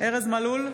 ארז מלול,